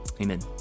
Amen